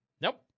Nope